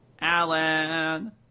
Alan